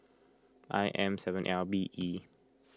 I M seven L B E